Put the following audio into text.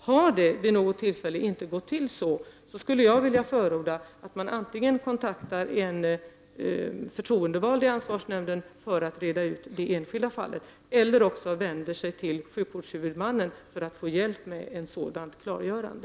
Har det vid något tillfälle inte skett på detta sätt, vill jag förorda att man antingen kontaktar en förtroendevald i ansvarsnämnden för att reda ut det enskilda fallet eller vänder sig till sjukvårdshuvudmannen för att få hjälp med ett sådant klargörande.